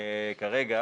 כרגע